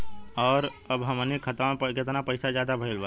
और अब हमनी के खतावा में कितना पैसा ज्यादा भईल बा?